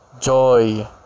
joy